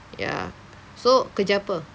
ya so kerja apa